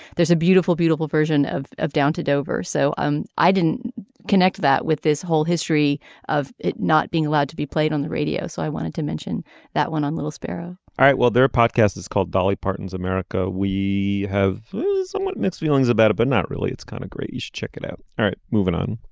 there's a beautiful beautiful version of of down to dover so um i didn't connect that with this whole history of it not being allowed to be played on the radio. so i wanted to mention that one on little sparrow all right. well there podcast is called dolly parton's america we have somewhat mixed feelings about it but not really it's kind of great. you should check it out. all right moving on